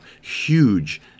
huge